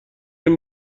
این